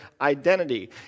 identity